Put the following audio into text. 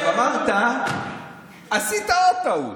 עכשיו, עשית עוד טעות,